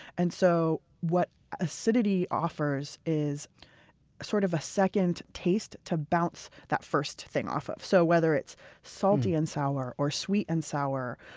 and so what acidity offers is sort of a second taste to bounce that first thing off of. so whether whether it's salty and sour, or sweet and sour,